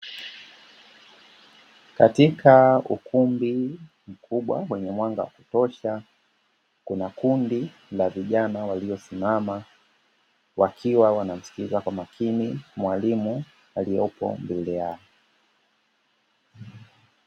Katika ukumbi mkubwa wenye mwanga wa kutosha, kuna kundi la vijana waliosimama wakiwa wanamsikiliza kwa makini mwalimu aliyopo mbele yao.